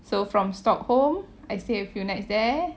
so from stockholm I stay a few nights there